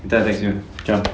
later I text you